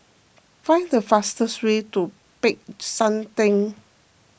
find the fastest way to Peck San theng